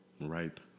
Ripe